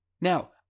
Now